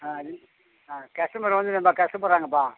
ஆ ஆ கஸ்டமர் வந்து ரொம்ப கஷ்டப்பட்றாங்கப்பா